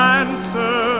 answer